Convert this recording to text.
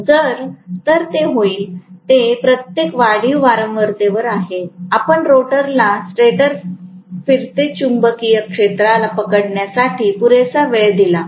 तर जे होईल ते प्रत्येक वाढीव वारंवारतेवर आहे आपण रोटरला स्टॅटर फिरते चुंबकीय क्षेत्राला पकडण्यासाठी पुरेसा वेळ दिला